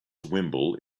wimble